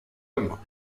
homme